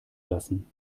lassen